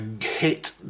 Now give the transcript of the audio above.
hit